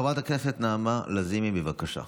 חברת הכנסת נעמה לזימי, בבקשה.